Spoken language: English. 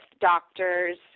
doctors